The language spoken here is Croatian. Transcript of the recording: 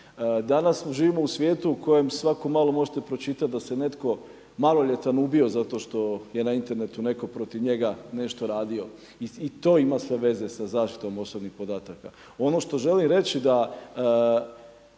Danas živimo u svijetu u kojem svako malo možete pročitati da se netko maloljetan ubio zato što je netko na internetu netko protiv njega nešto radio. I to ima sve veze sa zaštitom osobnih podataka. Ono što želim reći da